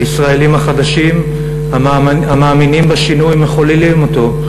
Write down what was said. הישראלים החדשים, המאמינים בשינוי ומחוללים אותו,